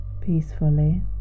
peacefully